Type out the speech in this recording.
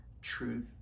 truth